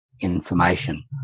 information